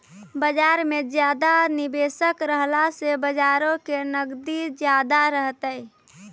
बजार मे ज्यादा निबेशक रहला से बजारो के नगदी ज्यादा रहतै